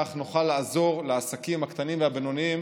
כך נוכל לעזור לעסקים הקטנים והבינוניים